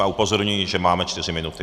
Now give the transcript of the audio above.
A upozorňuji, že máme čtyři minuty.